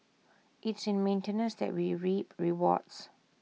it's in maintenance that we reap rewards